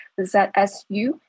ZSU